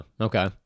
Okay